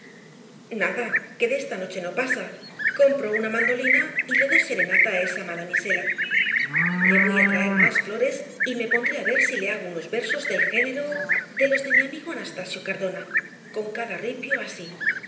nada que de esta noche no pasa compro una mandolina y le doy serenata á esa madamisela le voy á traer más flores y me pondré á ver si le hago unos versos del género de los de mi amigo anastasio cardona con cada ripio así